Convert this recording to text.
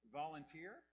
volunteer